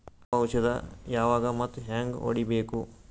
ಯಾವ ಔಷದ ಯಾವಾಗ ಮತ್ ಹ್ಯಾಂಗ್ ಹೊಡಿಬೇಕು?